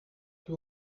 que